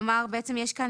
כלומר יש כאן